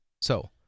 So-